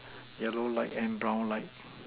yellow light and brown light